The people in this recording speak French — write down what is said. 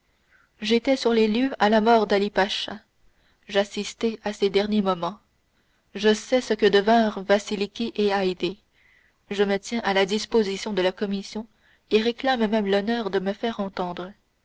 j'étais sur les lieux à la mort d'ali-pacha j'assistai à ses derniers moments je sais ce que devinrent vasiliki et haydée je me tiens à la disposition de la commission et réclame même l'honneur de me faire entendre